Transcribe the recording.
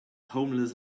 homeless